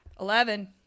Eleven